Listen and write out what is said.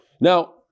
Now